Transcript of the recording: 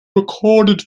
recorded